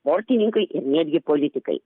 sportininkai ir netgi politikai